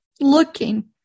looking